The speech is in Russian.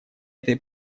этой